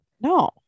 No